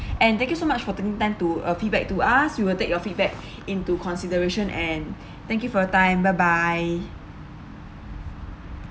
and thank you so much for taking time to uh feedback to us we will take your feedback into consideration and thank you for your time bye bye